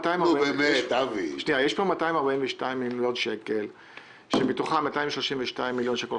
יש פה 242 מיליון שקל שמתוכם 232 מיליון שקל